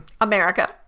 America